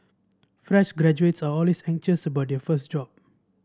fresh graduates are always anxious about their first job